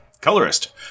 colorist